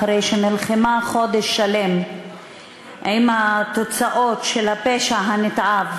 אחרי שנלחמה חודש שלם בתוצאות של הפשע הנתעב